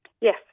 Yes